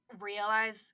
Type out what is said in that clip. realize